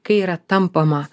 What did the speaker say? kai yra tampama